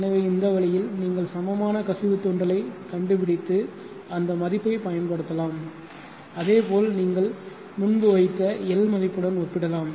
எனவே இந்த வழியில் நீங்கள் சமமான கசிவு தூண்டலைக் கண்டுபிடித்து அந்த மதிப்பைப் பயன்படுத்தலாம் அதேபோல் நீங்கள் முன்பு வைத்த L மதிப்புடன் ஒப்பிடலாம்